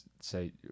say